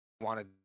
wanted